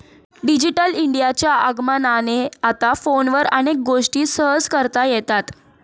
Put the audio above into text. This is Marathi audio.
डिजिटल इंडियाच्या आगमनाने आता फोनवर अनेक गोष्टी सहज करता येतात